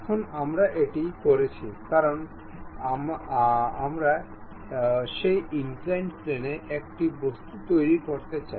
এখন আমরা এটি করেছি কারণ আমরা সেই ইনক্লাইন্ড প্লেনে একটি বস্তু তৈরি করতে চাই